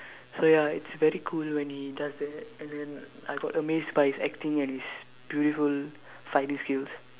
so ya it's very cool when he does that and then I got amazed by his acting and his beautiful fighting skills